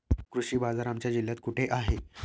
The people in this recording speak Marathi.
कृषी बाजार आमच्या जिल्ह्यात कुठे आहे?